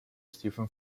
stephen